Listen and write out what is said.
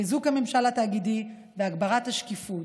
חיזוק הממשל התאגידי והגברת השקיפות.